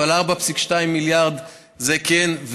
אבל 4.2 מיליארד כן,